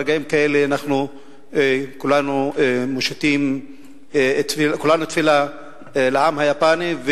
ברגעים כאלה כולנו תפילה למען העם היפני,